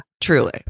truly